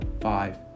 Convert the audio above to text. five